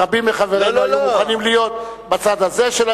רבים מחברינו היו מוכנים להיות בצד הזה,